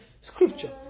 scripture